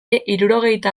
hirurogeita